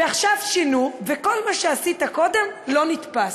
ועכשיו שינו, וכל מה שעשית קודם לא תופס.